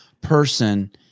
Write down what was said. person